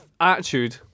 attitude